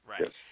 Right